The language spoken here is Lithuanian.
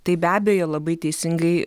tai be abejo labai teisingai